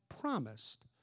promised